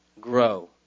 grow